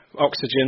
oxygen